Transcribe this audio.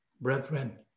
Brethren